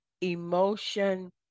emotion